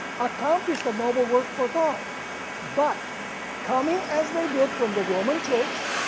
accomplished a noble work for god but coming as they did from the roman church,